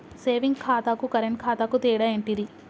Saving ఖాతాకు current ఖాతాకు తేడా ఏంటిది?